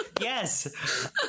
yes